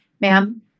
Ma'am